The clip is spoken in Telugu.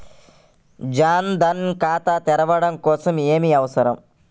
జన్ ధన్ ఖాతా తెరవడం కోసం ఏమి అవసరం?